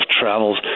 travels